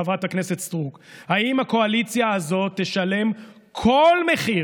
חברת הכנסת סטרוק: האם הקואליציה הזאת תשלם כל מחיר